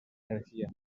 energía